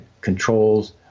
controls